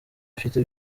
ufite